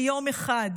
ביום אחד.